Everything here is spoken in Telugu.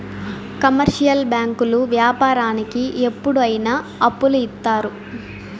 కమర్షియల్ బ్యాంకులు వ్యాపారానికి ఎప్పుడు అయిన అప్పులు ఇత్తారు